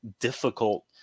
difficult